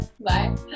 bye